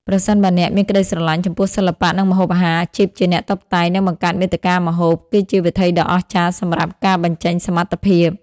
ប្រសិនបើអ្នកមានក្តីស្រឡាញ់ចំពោះសិល្បៈ និងម្ហូបអាហារ អាជីពជាអ្នកតុបតែង និងបង្កើតមាតិកាម្ហូប គឺជាវិថីដ៏អស្ចារ្យសម្រាប់ការបញ្ចេញសមត្ថភាព។